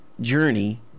journey